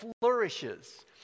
flourishes